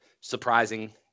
surprising